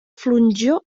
flonjor